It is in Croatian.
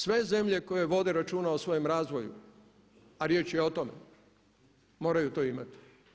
Sve zemlje koje vode računa o svojem razvoju, a riječ je o tome, moraju to imati.